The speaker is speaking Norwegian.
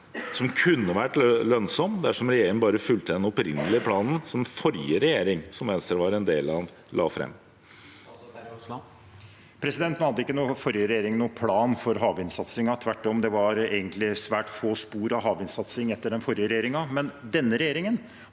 som kunne vært lønnsomt dersom regjeringen bare hadde fulgt den opprinnelige planen den forrige regjeringen – som Venstre var en del av – la fram? Statsråd Terje Aasland Nå hadde ikke forrige regjering noen plan for havvindsatsingen, tvert om. Det var egentlig svært få spor av havvindsatsing etter den forrige regjeringen, men denne regjeringen